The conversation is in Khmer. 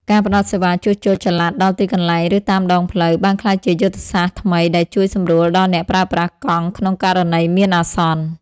ការផ្តល់សេវាជួសជុលចល័តដល់ទីកន្លែង ឬតាមដងផ្លូវ បានក្លាយជាយុទ្ធសាស្ត្រថ្មីដែលជួយសម្រួលដល់អ្នកប្រើប្រាស់កង់ក្នុងករណីមានអាសន្ន។